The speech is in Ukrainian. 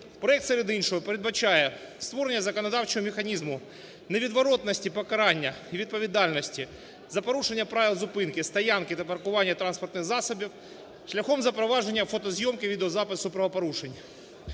Проект серед іншого передбачає створення законодавчого механізму невідворотності покарання і відповідальності за порушення правил зупинки, стоянки та паркування транспортних засобів шляхом запровадження фотозйомки, відеозапису правопорушень.